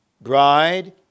bride